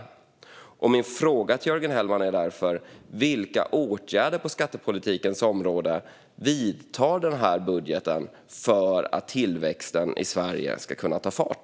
Därför vill jag fråga Jörgen Hellman: Vilka åtgärder på skattepolitikens område innehåller budgeten för att tillväxten ska kunna ta fart?